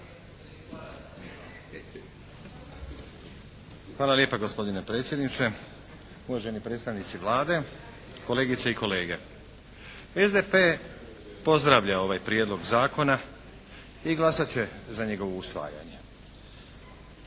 Hvala lijepa gospodine predsjedniče, uvaženi predstavnici Vlade, kolegice i kolege. SDP pozdravlja ovaj prijedlog zakona i glasat će za njegovo usvajanje.